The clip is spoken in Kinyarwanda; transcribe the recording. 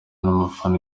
n’umufana